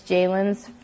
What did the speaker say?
Jalen's